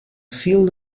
field